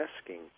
asking